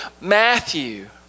Matthew